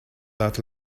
that